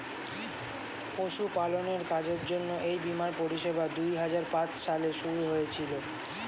পশুপালনের কাজের জন্য এই বীমার পরিষেবা দুহাজার পাঁচ সালে শুরু হয়েছিল